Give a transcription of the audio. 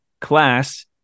Class